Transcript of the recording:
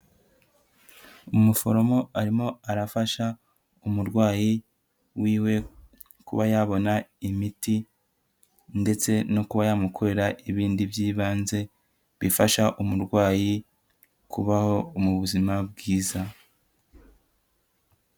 Umuforomo arimo arafasha umurwayi wiwe kuba yabona imiti ndetse no kuba yamukorera ibindi by'ibanze bifasha umurwayi kubaho mu buzima bwiza.